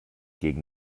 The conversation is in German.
gegen